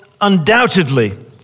undoubtedly